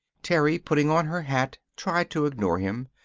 terry, putting on her hat, tried to ignore him.